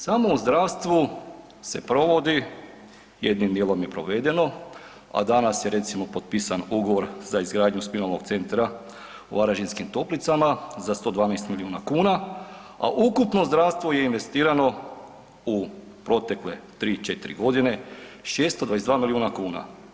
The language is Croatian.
Samo u zdravstvu se provodi, jednim dijelom je i provedeno, a danas je recimo potpisan ugovor za izgradnju spinalnog centra u Varaždinskim toplicama za 112 milijuna kuna, a ukupno u zdravstvo je investirano u protekle tri, četiri godine 622 milijuna kuna.